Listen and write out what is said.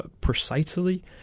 precisely